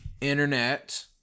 internet